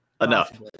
enough